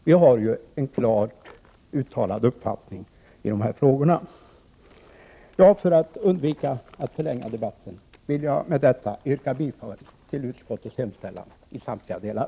Vi har ju en klart uttalad uppfattning i de här frågorna! För att undvika att förlänga debatten vill jag med detta yrka bifall till utskottets hemställan i samtliga delar.